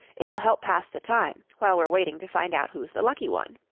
it'll help pass the time while we're waiting to find out who's the lucky one.